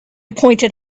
pointed